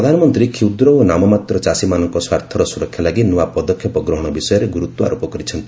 ପ୍ରଧାନମନ୍ତ୍ରୀ କ୍ଷୁଦ୍ର ଓ ନାମମାତ୍ର ଚାଷୀମାନଙ୍କ ସ୍ୱାର୍ଥର ସୁରକ୍ଷା ଲାଗି ନ୍ତଆ ପଦକ୍ଷେପ ଗ୍ରହଣ ବିଷୟରେ ଗୁରୁତ୍ୱ ଆରୋପ କରିଛନ୍ତି